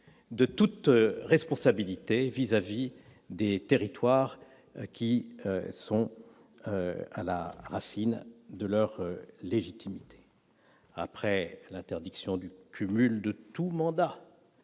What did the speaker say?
de toute responsabilité vis-à-vis des territoires qui sont à la racine de leur légitimité. Après l'interdiction du cumul de tout mandat